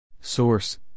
Source